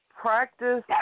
practice